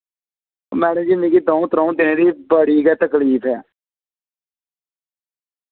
madam ji मिगी द'ऊं त्र'ऊं दिनें दी बड़ी गै तकलीफ ऐ